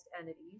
entities